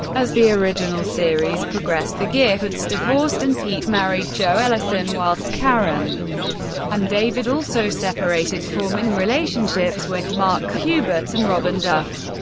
as the original series progressed, the giffords divorced and pete married jo ellison, whilst karen and david also separated forming relationships with mark cubitt and robyn duff.